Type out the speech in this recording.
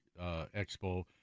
expo